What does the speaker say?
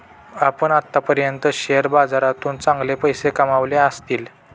आपण आत्तापर्यंत शेअर बाजारातून चांगले पैसे कमावले असतील